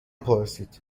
پرسید